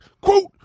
quote